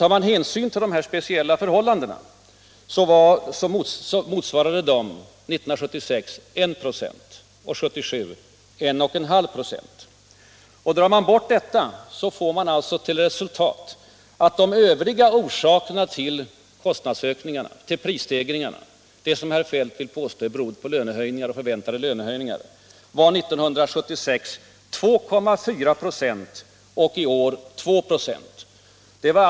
Tar man hänsyn till de speciella förhållandena, så motsvarar dessa 1976 1 96 och 1977 1,5 26. Drar man bort detta får man alltså till resultat att de Övriga prisstegringarna, som herr Feldt vill påstå berodde på förväntade lönehöjningar, 1976 var 2,4 96 och i år 2 96.